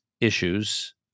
issues